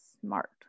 smart